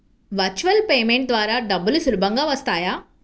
Virtual payment ద్వారా డబ్బులు సులభంగా వస్తాయా?